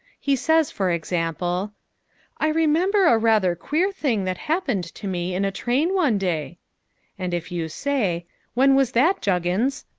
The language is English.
he says for example i remember a rather queer thing that happened to me in a train one day and if you say when was that juggins?